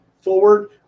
forward